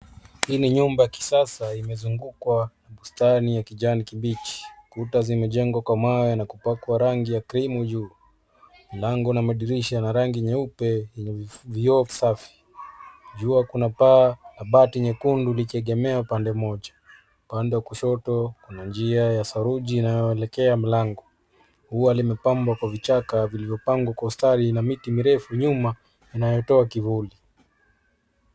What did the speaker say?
Hii ni nyumba ya kisasa imezungukwa na bustani ya kijani kibichi. Kuta zimejengwa kwa mawe na kupakwa rangi ya krimu juu. Milango na madirisha yana rangi nyeupe na vioo safi. Jua kunapaa, mabati nyekundu likiegemea upande mmoja. Upande wa kushoto na njia ya saruji inayoelekea mlango. Ua limepambwa kwa vichaka vilivyopangwa kwa ustadi na miti mirefu nyuma inayotoa kivuli.